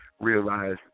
realize